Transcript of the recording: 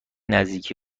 نزدیکی